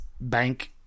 bank